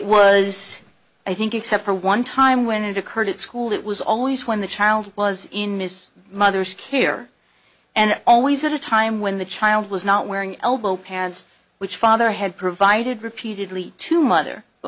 was i think except for one time when it occurred at school it was always when the child was in his mother's care and always at a time when the child was not wearing elbow pads which father had provided repeatedly to mother